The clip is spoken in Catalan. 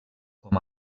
com